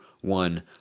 one